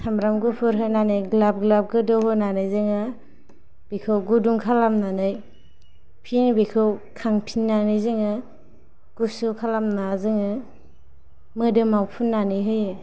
सामब्राम गुफुर होनानै ग्लाब ग्लाब गोदौ होनानै जोङो बेखौ गुदुं खालामनानै फिन बेखौ खांफिननानै बेखौ गुसु खालामना जोङो मोदोमाव फुननानै होयो